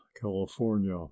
California